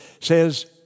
says